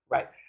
Right